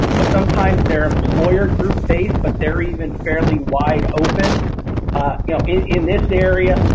but sometimes their employer group based but they're even fairly wide open you know in this area.